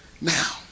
Now